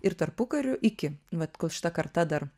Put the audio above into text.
ir tarpukariu iki vat kol šita karta dar